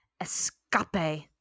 Escape